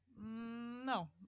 No